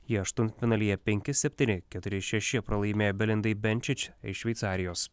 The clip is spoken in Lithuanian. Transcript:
ji aštuntfinalyje penki septyni keturi šeši pralaimėjo belindai benčiš iš šveicarijos